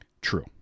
true